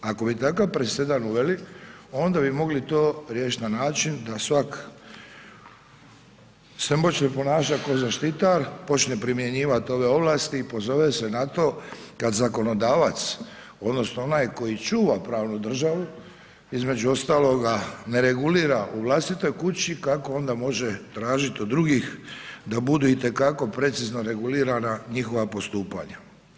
Ako bi takav presedan uveli, onda bi mogli to riješiti na način da svak se počne ponašati kao zaštitar, počne primjenjivati ove ovlasti i pozove se na to, kad zakonodavac, odnosno onaj koji čuva pravnu državi, između ostaloga ne regulira u vlastitoj kući, kako onda može tražiti od drugih da bude itekako precizno regulirana njihova postupanja.